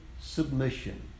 submission